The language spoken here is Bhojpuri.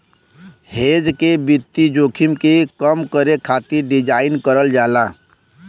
हेज के वित्तीय जोखिम के कम करे खातिर डिज़ाइन करल जाला